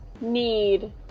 need